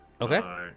Okay